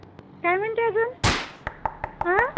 काय म्हणताय अजून